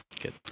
Good